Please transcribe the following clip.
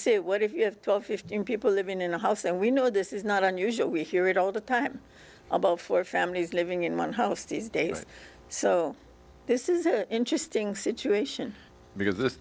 say what if you have twelve fifteen people living in a house and we know this is not unusual we hear it all the time about four families living in one house these days so this is it an interesting situation because